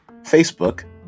Facebook